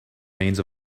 means